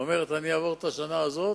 אומרת: אני אעבור את השנה הזאת,